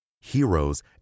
heroes